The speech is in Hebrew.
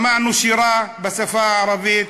שמענו שירה בשפה הערבית.